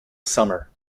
summer